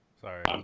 sorry